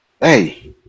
hey